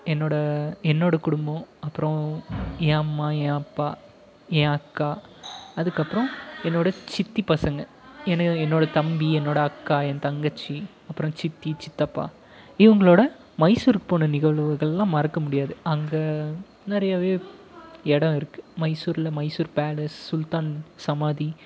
என்னோட என்னோட குடும்பம் அப்புறம் என் அம்மா என் அப்பா என் அக்கா அதுக்கப்புறம் என்னோட சித்தி பசங்கள் என என்னோட தம்பி என்னோட அக்கா என் தங்கச்சி அப்புறம் சித்தி சித்தப்பா இவங்களோட மைசூருக்கு போன நிகழ்வுகளெலாம் மறக்க முடியாது அங்கே நிறையவே இடம் இருக்குது மைசூரில் மைசூர் பேலஸ் சுல்தான் சமாதி